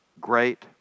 great